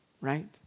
right